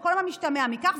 על כל המשתמע מכך,